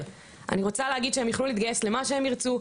אני רוצה להגיד שהם יוכלו להתגייס לאן שהם ירצו.